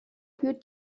più